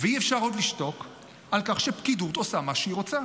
ואי-אפשר עוד לשתוק על כך שפקידות עושה מה שהיא רוצה.